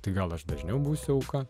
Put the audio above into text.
tai gal aš dažniau būsiu auka